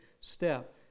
step